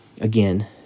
again